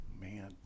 Man